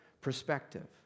perspective